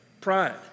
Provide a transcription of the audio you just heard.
pride